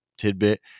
tidbit